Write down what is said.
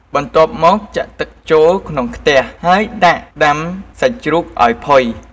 បន្ទាប់មកចាក់ទឹកចូលក្នុងខ្ទះ ហើយដាក់ដាំសាច់ជ្រូកឱ្យផុយ។